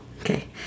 Okay